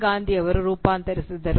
ಗಾಂಧಿ ಅವರು ರೂಪಾಂತರಿಸಿದರು